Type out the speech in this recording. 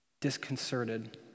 disconcerted